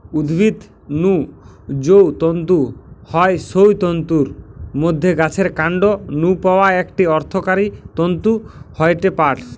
উদ্ভিদ নু যৌ তন্তু হয় সৌ তন্তুর মধ্যে গাছের কান্ড নু পাওয়া একটি অর্থকরী তন্তু হয়ঠে পাট